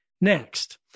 Next